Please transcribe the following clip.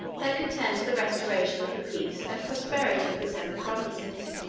that could tend to the restoration of the peace and prosperity of the seven provinces.